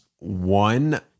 one